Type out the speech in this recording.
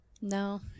No